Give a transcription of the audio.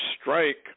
strike